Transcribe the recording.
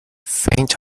faint